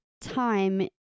time